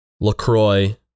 LaCroix